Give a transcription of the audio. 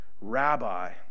Rabbi